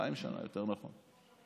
אלפיים שנה, יותר נכון.